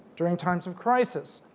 during times of crisis.